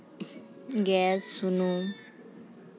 gas ᱥᱩᱱᱩᱢ